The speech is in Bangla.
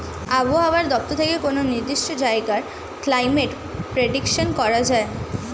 আবহাওয়া দপ্তর থেকে কোনো নির্দিষ্ট জায়গার ক্লাইমেট প্রেডিকশন করা যায়